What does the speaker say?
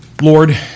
Lord